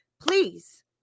Please